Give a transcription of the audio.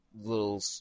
little